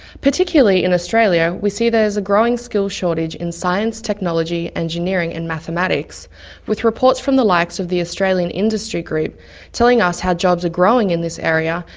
particularly, in australia we see there is a growing skills shortage in science, technology, engineering and mathematics with reports from the likes of the australian industry group telling us how jobs are growing in this area,